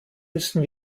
müssen